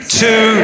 two